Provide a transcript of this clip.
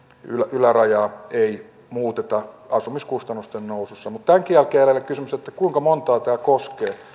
ylärajaa ei muuteta asumiskustannusten nousussa tämänkin jälkeen jää jäljelle kysymys kuinka montaa tämä koskee